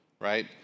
right